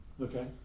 Okay